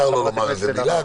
מותר לו לומר איזה מילה,